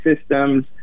systems